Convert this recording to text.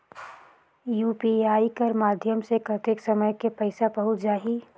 UPI कर माध्यम से कतेक समय मे पइसा पहुंच जाहि?